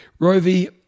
Rovi